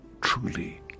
truly